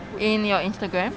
in your instagram